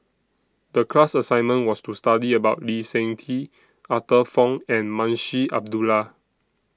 The class assignment was to study about Lee Seng Tee Arthur Fong and Munshi Abdullah